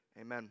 Amen